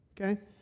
okay